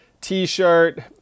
t-shirt